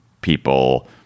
people